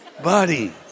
buddy